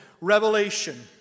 revelation